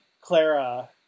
Clara